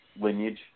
lineage